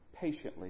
patiently